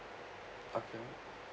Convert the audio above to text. okay